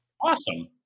Awesome